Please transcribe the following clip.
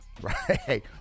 right